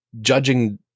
judging